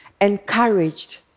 encouraged